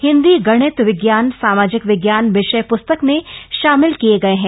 हिंदी गणित विज्ञान सामाजिक विज्ञान विषय प्स्तक में शामिल किए गए हैं